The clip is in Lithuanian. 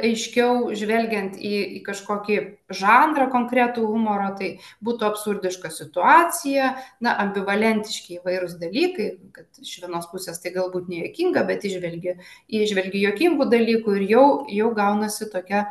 aiškiau žvelgiant į kažkokį žanrą konkretų humoro tai būtų absurdiška situacija na ambivalentiški įvairūs dalykai kad iš vienos pusės tai galbūt nejuokinga bet įžvelgi įžvelgi juokingų dalykų ir jau jau gaunasi tokia